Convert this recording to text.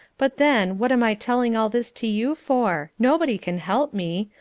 but then, what am i telling all this to you for? nobody can help me.